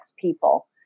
people